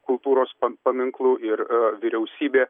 kultūros paminklų ir vyriausybė